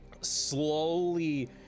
slowly